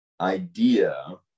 idea